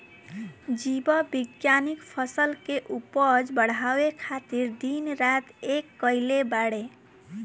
जीव विज्ञानिक फसल के उपज बढ़ावे खातिर दिन रात एक कईले बाड़े